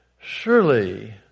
Surely